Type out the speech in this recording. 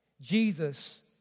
Jesus